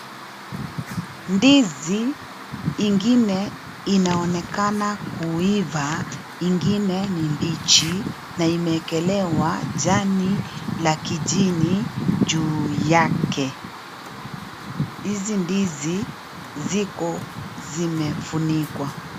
Ndizi ingine inaonekana kuiva ingine ni mbichi na imewekelewa jani la kijini juu yake. Hizi ndizi ziko zimefunikwa.